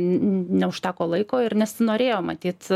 neužteko laiko ir nesinorėjo matyt